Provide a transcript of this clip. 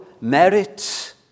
merit